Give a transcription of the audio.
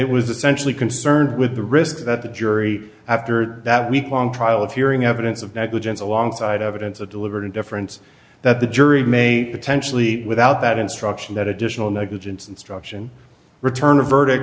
it was essentially concerned with the risk that the jury after that week long trial of hearing evidence of negligence alongside evidence of deliberate indifference that the jury may potentially without that instruction that additional negligence instruction return a verdict